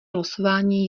losování